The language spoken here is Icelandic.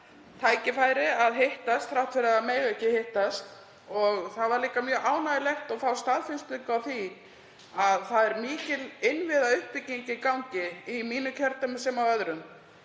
tækifæri að hittast þrátt fyrir að mega ekki hittast. Það var líka mjög ánægjulegt að fá staðfestingu á því að mikil innviðauppbygging er í gangi í mínu kjördæmi sem og í öðrum.